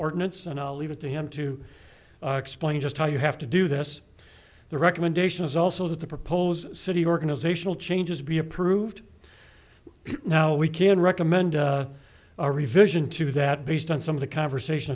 ordinance and i'll leave it to him to explain just how you have to do this the recommendation is also that the proposed city organizational changes be approved now we can recommend a revision to that based on some of the conversation